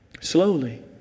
Slowly